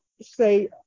say